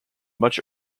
much